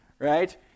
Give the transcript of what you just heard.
right